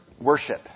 worship